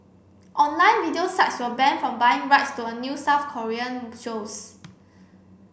online video sites were banned from buying rights to a new South Korean shows